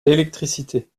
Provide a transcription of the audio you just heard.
l’électricité